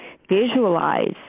visualize